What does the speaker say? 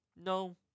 No